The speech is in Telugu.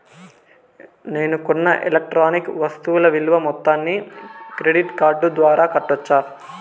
నేను కొన్న ఎలక్ట్రానిక్ వస్తువుల విలువ మొత్తాన్ని క్రెడిట్ కార్డు ద్వారా కట్టొచ్చా?